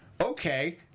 Okay